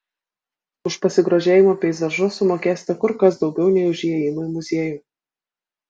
už pasigrožėjimą peizažu sumokėsite kur kas daugiau nei už įėjimą į muziejų